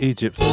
Egypt